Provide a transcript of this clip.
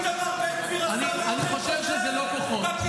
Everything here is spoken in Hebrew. אני חושב שזה לא כוחות,